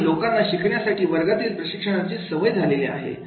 आणि लोकांना शिकण्यासाठी वर्गातील प्रशिक्षणाची सवय झालेली आहे